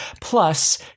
plus